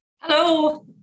Hello